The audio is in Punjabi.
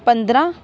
ਪੰਦਰਾਂ